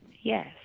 Yes